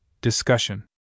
Discussion